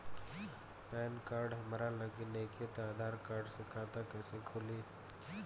Pan card हमरा लगे नईखे त आधार कार्ड से खाता कैसे खुली?